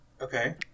Okay